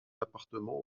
appartement